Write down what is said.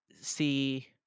see